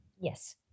Yes